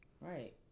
right